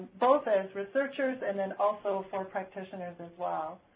both as researchers and then also for practitioners as well.